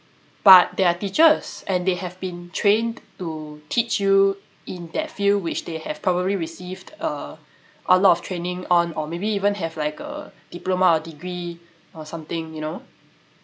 but they are teachers and they have been trained to teach you in that field which they have probably received uh a lot of training on or maybe even have like a diploma or degree or something you know